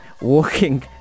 Walking